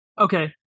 Okay